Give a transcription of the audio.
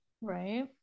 Right